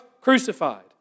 crucified